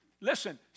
listen